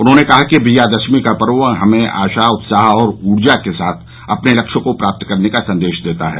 उन्होंने कहा विजयादशमी का पर्व हमें आशा उत्साह और ऊर्जा के साथ अपने लक्ष्य को प्राप्त करने का संदेश देता है